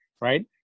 right